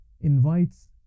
invites